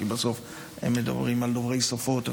כי בסוף הם מדברים על דוברי שפות ואחרים.